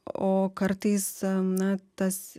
o kartais na tas